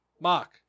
Mock